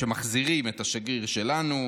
שמחזירים את השגריר שלנו.